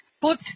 put